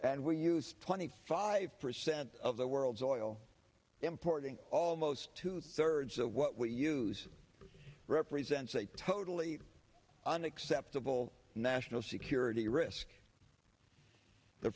and we use twenty five percent of the world's oil importing almost two thirds of what we use represents a totally unacceptable national security risk the